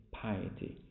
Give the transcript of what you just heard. piety